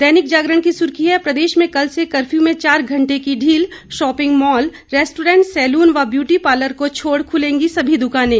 दैनिक जागरण की सुर्खी है प्रदेश में कल से कप्यू में चार घंटे ढील शॉपिंग मॉल रेस्टोरेंट सैलून व ब्यूटी पार्लर को छोड़ खुलेंगी सभी दुकानें